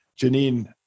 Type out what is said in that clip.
Janine